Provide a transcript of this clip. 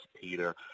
Peter